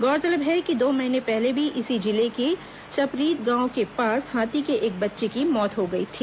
गौरतलब है कि दो महीने पहले भी इसी जिले के चपरीद गांव के पास हाथी के एक बच्चे की मौत हो गई थी